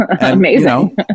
Amazing